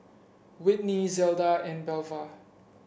Whitney Zelda and Belva